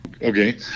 Okay